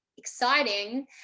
exciting